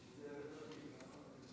הסתייגות 6 לא נתקבלה.